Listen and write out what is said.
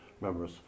members